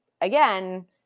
again